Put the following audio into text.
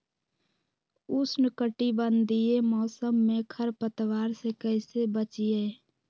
उष्णकटिबंधीय मौसम में खरपतवार से कैसे बचिये?